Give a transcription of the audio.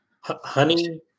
Honey